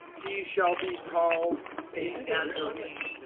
he shall be called a nazarene.